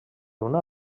una